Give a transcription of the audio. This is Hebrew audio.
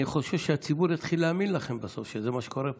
אני חושש שהציבור יתחיל להאמין לכם בסוף שזה מה שקורה פה.